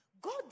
God